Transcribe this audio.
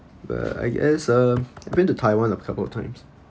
welI guess um I've been to taiwan a couple of times